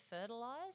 fertilise